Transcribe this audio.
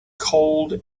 cold